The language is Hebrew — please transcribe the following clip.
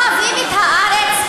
ככה אוהבים את הארץ?